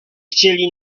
chcieli